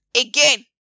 again